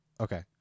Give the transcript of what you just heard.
Okay